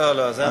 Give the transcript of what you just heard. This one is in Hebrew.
לא, לא.